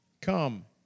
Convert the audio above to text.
come